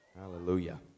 Hallelujah